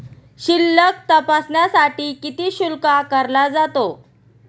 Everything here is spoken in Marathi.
शिल्लक तपासण्यासाठी किती शुल्क आकारला जातो?